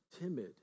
timid